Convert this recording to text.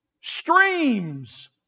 Streams